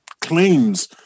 claims